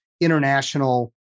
international